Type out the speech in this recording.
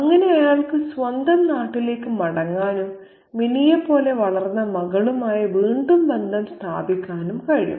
അങ്ങനെ അയാൾക്ക് സ്വന്തം നാട്ടിലേക്ക് മടങ്ങാനും മിനിയെപ്പോലെ വളർന്ന മകളുമായി വീണ്ടും ബന്ധം സ്ഥാപിക്കാനും കഴിയും